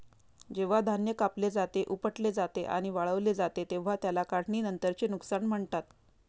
जेव्हा धान्य कापले जाते, उपटले जाते आणि वाळवले जाते तेव्हा त्याला काढणीनंतरचे नुकसान म्हणतात